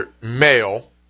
male